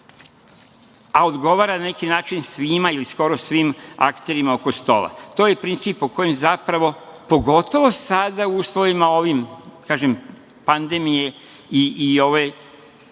a odgovara na neki način svima ili skoro svim akterima oko stola. To je princip o kojem zapravo, pogotovo sada u uslovima ovim, kažem, pandemije i ove